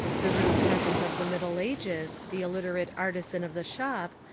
the rude peasant of the mid dle ages, the iuiterate artisan of the shop,